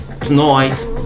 tonight